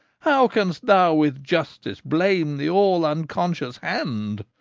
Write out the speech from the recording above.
how canst thou with justice blame the all-unconscious hand?